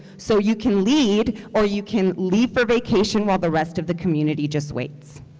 so you can lead or you can leave for vacation while the rest of the community just waits.